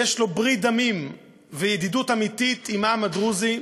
יש לו ברית דמים וידידות אמיתית עם העם הדרוזי,